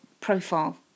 profile